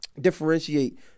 differentiate